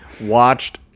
watched